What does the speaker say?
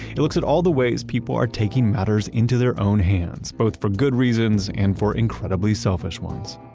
it looks at all the ways people are taking matters into their own hands, both for good reasons and for incredibly selfish ones.